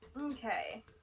Okay